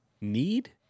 need